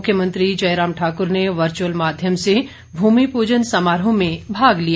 मुख्यमंत्री जयराम ठाक्र ने वर्चुअल माध्यम से भूमि पूजन समारोह में भाग लिया